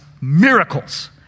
miracles